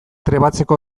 trebatzeko